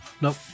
Nope